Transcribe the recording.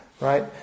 right